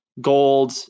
gold